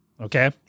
Okay